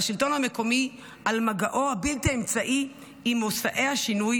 והשלטון המקומי על מגעו הבלתי-אמצעי עם מושאי השינוי,